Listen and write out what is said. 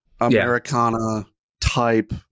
Americana-type